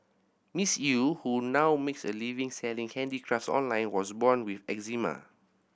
Miss Eu who now makes a living selling handicraft online was born with eczema